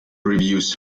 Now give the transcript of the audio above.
reviews